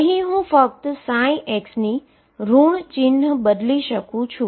અહી હું ફક્ત x ની ઋણ ચિહ્ન બદલી શકું છું